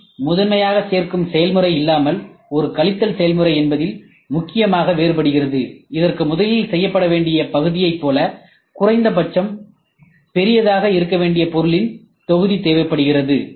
C முதன்மையாக சேர்க்கும் செயல்முறை இல்லாமல் ஒரு கழித்தல் செயல்முறை என்பதில் முக்கியமாக வேறுபடுகிறதுஇதற்கு முதலில் செய்யப்பட வேண்டிய பகுதியைப் போல குறைந்தபட்சம் பெரியதாக இருக்க வேண்டிய பொருளின் தொகுதி தேவைப்படுகிறது